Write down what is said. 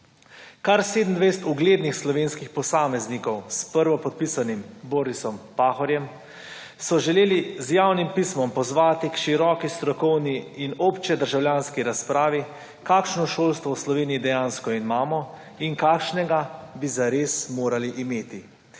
Kar 27 uglednih slovenskih posameznikov s prvopodpisanim Borisom Pahorjem so želeli z javno pismom pozvati k široki strokovni in obče državljanski razpravi kakšno šolstvo v Sloveniji dejansko imamo in kakšnega bi za res morali imeti.